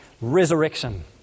resurrection